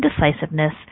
indecisiveness